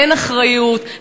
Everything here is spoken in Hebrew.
אין אחריות,